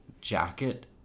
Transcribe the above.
jacket